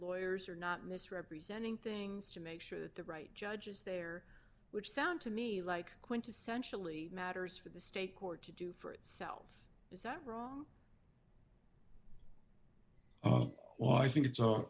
lawyers are not misrepresenting things to make sure that the right judge is there which sound to me like quintessentially matters for the state court to do for itself is that wrong well i think it's a